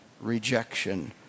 rejection